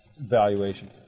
valuation